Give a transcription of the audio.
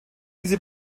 diese